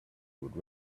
would